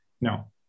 no